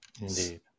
Indeed